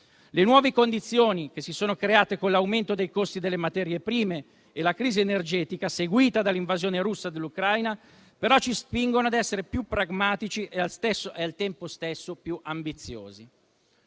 Le nuove condizioni che si sono create con l'aumento dei costi delle materie prime e la crisi energetica seguita all'invasione russa dell'Ucraina ci spingono però a essere più pragmatici e, al tempo stesso, più ambiziosi.